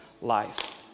life